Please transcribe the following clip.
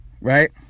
right